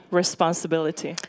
responsibility